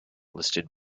listed